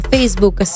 Facebook